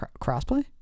crossplay